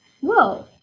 Whoa